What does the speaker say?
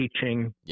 teaching